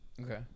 Okay